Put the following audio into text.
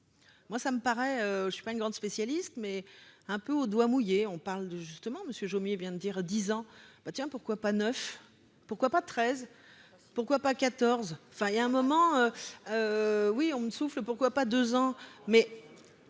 moi, ça me paraît, je suis pas une grande spécialiste mais un peu au doigt mouillé, on parle de justement Monsieur Jomier viens de dire 10 ans ben tiens, pourquoi pas neuf pourquoi pas 13 pourquoi pas 14, enfin il y a un moment oui on me souffle pourquoi pas 2 ans, mais